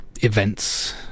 events